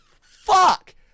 fuck